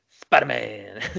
Spider-Man